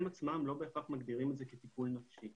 עצמם לא בהכרח מגדירים את זה כטיפול נפשי